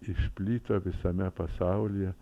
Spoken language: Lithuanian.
išplito visame pasaulyje